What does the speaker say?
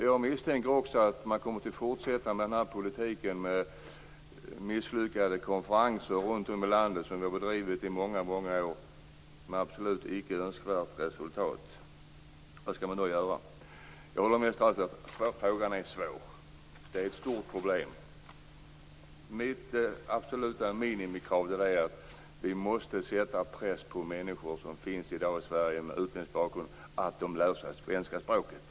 Jag misstänker också att man kommer att fortsätta med en politik med misslyckade konferenser runt om i landet som vi har bedrivit under många år med absolut icke önskvärt resultat. Vad skall man då göra? Jag håller med statsrådet om att frågan är svår. Det är ett svårt problem. Mitt absoluta minimikrav är att vi måste sätta press på de människor med utländsk bakgrund som finns i dag i Sverige att lära sig svenska språket.